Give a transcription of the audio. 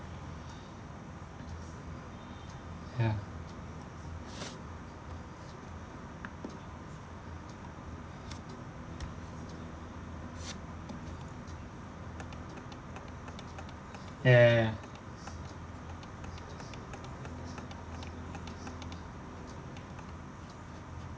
ya ya ya ya